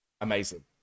amazing